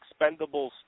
Expendables